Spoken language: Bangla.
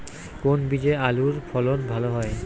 কোন বীজে আলুর ফলন ভালো হয়?